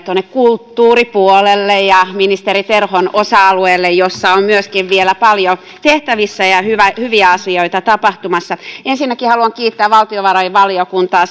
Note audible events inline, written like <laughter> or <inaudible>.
<unintelligible> tuonne kulttuuripuolelle ja ministeri terhon osa alueelle jossa on vielä myöskin paljon tehtävissä ja hyviä asioita tapahtumassa ensinnäkin haluan kiittää valtiovarainvaliokuntaa <unintelligible>